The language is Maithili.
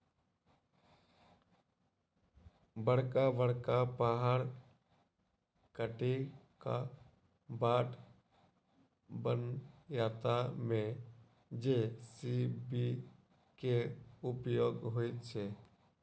बड़का बड़का पहाड़ काटि क बाट बनयबा मे जे.सी.बी के उपयोग होइत छै